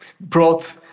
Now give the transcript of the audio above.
brought